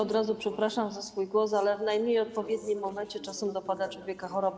Od razu przepraszam za swój głos, ale w najmniej odpowiednim momencie czasem dopada człowieka choroba.